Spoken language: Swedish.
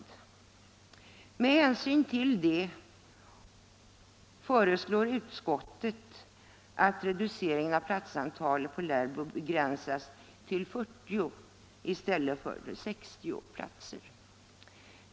Nr 58 Med hänsyn härtill föreslår utskottet att reduceringen av platsantalet Onsdagen den på Lärbroanstalten begränsas till 40 i stället för 60 platser.